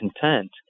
content